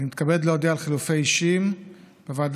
אני מתכבד להודיע על חילופי אישים בוועדה